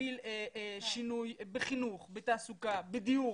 להוביל שינוי בחינוך, בתעסוקה, בדיור.